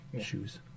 Shoes